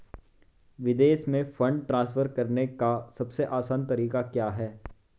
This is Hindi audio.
विदेश में फंड ट्रांसफर करने का सबसे आसान तरीका क्या है?